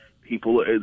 people